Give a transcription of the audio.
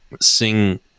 sing